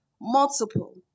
multiple